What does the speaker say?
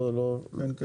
כן.